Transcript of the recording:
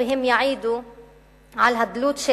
הם יעידו על הדלות,